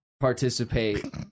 participate